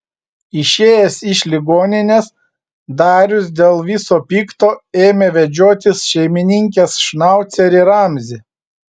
išėjęs iš ligoninės darius dėl viso pikto ėmė vedžiotis šeimininkės šnaucerį ramzį